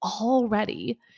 already